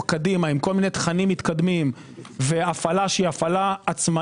קדימה עם כל מיני תכנים מתקדמים והפעלה שהיא עצמאית